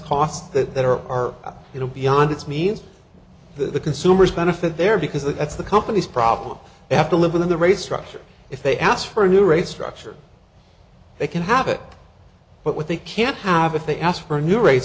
costs that there are you know beyond its means the consumers benefit there because that's the company's problem they have to live with the rate structure if they ask for a new rate structure they can have it but what they can't have if they ask for a new ra